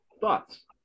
thoughts